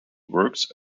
works